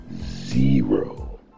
Zero